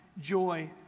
joy